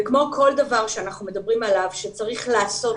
וכמו כל דבר שאנחנו מדברים עליו שצריך לעשות,